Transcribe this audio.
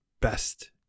best